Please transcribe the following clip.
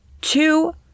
two